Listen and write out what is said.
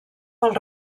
pel